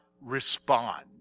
respond